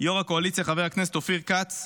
יו"ר הקואליציה חבר הכנסת אופיר כץ,